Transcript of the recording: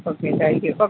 okay thank you കേട്ടോ